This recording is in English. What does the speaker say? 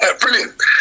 Brilliant